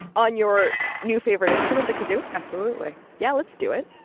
on your new favorite instrument, the kazoo? absolutely yeah, let's do it